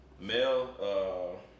Male